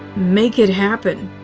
make it happen.